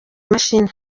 imashini